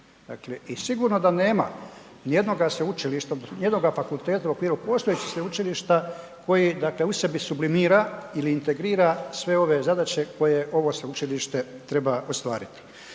i sigurno da nema nijednoga sveučilišta, nijednoga fakulteta u okviru postojećim sveučilišta koji, dakle u sebi sublimira ili integrira sve ove zadaće koje ovo sveučilište treba ostvariti.